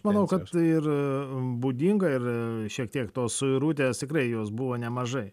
manau kad ir būdinga ir šiek tiek tos suirutės tikrai jos buvo nemažai